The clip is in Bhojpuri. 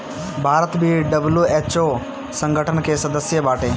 भारत भी डब्ल्यू.एच.ओ संगठन के सदस्य बाटे